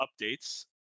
updates